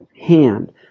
hand